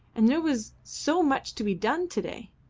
and there was so much to be done to-day.